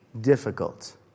difficult